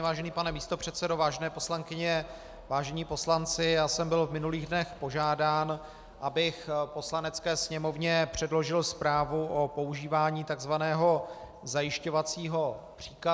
Vážený pane místopředsedo, vážené poslankyně, vážení poslanci, já jsem byl v minulých dnech požádán, abych Poslanecké sněmovně předložil zprávu o používání tzv. zajišťovacího příkazu.